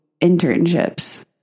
internships